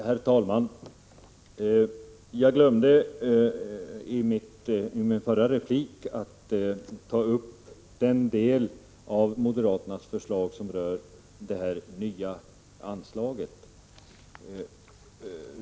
Herr talman! I min förra replik glömde jag att ta upp den del av moderaternas förslag som rör det nya anslaget.